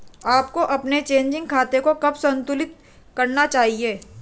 आपको अपने चेकिंग खाते को कब संतुलित करना चाहिए?